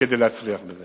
כדי להצליח בזה.